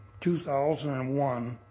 2001